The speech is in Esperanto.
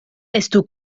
estu